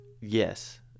Yes